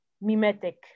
mimetic